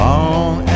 Long